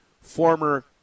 former